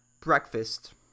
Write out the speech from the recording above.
breakfast